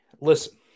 listen